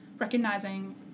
recognizing